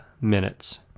minutes